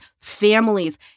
families